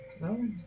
No